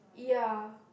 ya